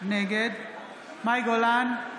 נגד מאי גולן,